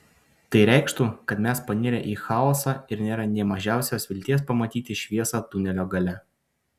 tai reikštų kad mes panirę į chaosą ir nėra nė mažiausios vilties pamatyti šviesą tunelio gale